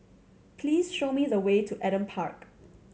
please show me the way to Adam Park